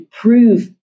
prove